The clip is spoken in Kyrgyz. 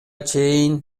чейин